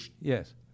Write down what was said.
Yes